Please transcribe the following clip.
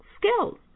skills